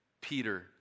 Peter